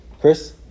Chris